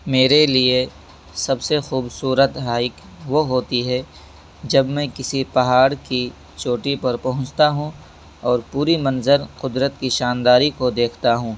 میرے لیے سب سے خوبصوت ہائک وہ ہوتی ہے جب میں کسی پہاڑ کی چوٹی پر پہنچتا ہوں اور پوری منظر قدرت کی شانداری کو دیکھتا ہوں